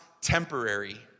temporary